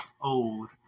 old